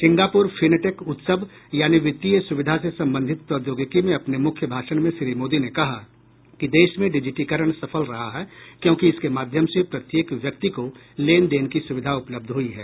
Singapore fintech उत्सव यानि वित्तीय सुविधा से संबंधित प्रौद्योगिकी में अपने मुख्य भाषण में श्री मोदी ने कहा कि देश में डिजिटीकरण सफल रहा है क्योंकि इसके माध्यम से प्रत्येक व्यक्ति को लेन देन की सुविधा उपलब्ध हुई है